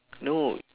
no